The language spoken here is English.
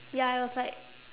ya it was like